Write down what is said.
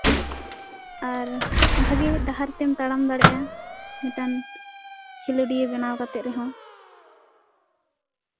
ᱟᱨ ᱵᱷᱟᱜᱮ ᱰᱟᱦᱟᱨ ᱛᱮᱢ ᱛᱟᱲᱟᱢ ᱫᱟᱲᱮᱭᱟᱜᱼᱟ ᱢᱤᱫᱴᱟᱱ ᱠᱷᱮᱸᱞᱳᱰᱤᱭᱟᱹ ᱵᱮᱱᱟᱣ ᱠᱟᱛᱮ ᱨᱮᱦᱚᱸ